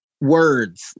words